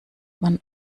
man